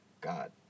God